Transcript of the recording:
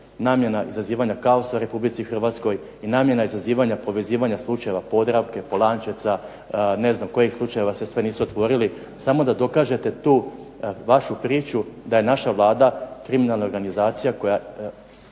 namjena izazivanja kaosa u Republici Hrvatskoj i namjena izazivanja povezivanja slučajeva Podravke, Polančeca, ne znam koji slučaj sve nisu otvorili samo da dokažete tu vašu priču da je naša Vlada kriminalna organizacija koja